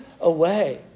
away